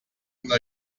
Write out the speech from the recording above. una